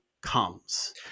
comes